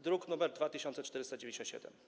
druk nr 2497.